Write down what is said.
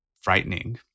frightening